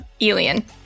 alien